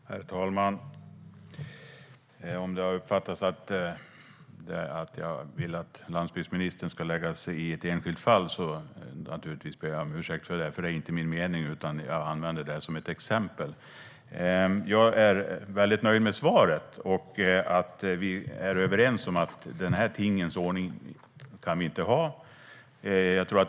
Herr talman! Om det har uppfattats att jag vill att landsbygdsministern ska lägga sig i ett enskilt fall ber jag naturligtvis om ursäkt för det. Det var inte min mening, utan jag använde det här fallet som ett exempel. Jag är väldigt nöjd med svaret och att vi är överens om att vi inte kan ha den här tingens ordning.